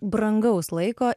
brangaus laiko